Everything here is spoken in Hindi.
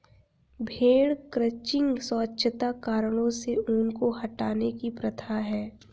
भेड़ क्रचिंग स्वच्छता कारणों से ऊन को हटाने की प्रथा है